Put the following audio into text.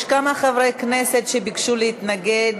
יש כמה חברי כנסת שביקשו להתנגד.